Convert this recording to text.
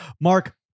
Mark